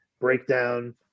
breakdown